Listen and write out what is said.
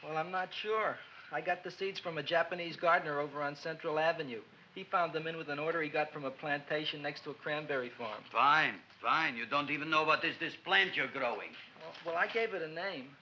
well i'm not sure i got the seeds from a japanese gardener over on central avenue he found them in with an order he got from a plantation next to a cranberry farm fine fine you don't even know about this this plant your growing when i gave it a name